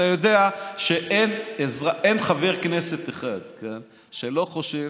אתה יודע שאין חבר כנסת אחד שלא חושב